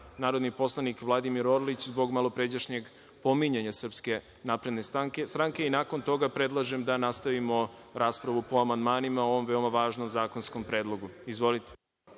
narodni poslanik Vladimir Orlić, zbog malopređašnjeg pominjanja SNS.Nakon toga predlažem da nastavimo raspravu po amandmanima o ovom veoma važnom zakonskom predlogu. Izvolite.